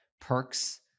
perks